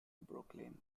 brooklyn